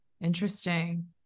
interesting